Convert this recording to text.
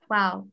Wow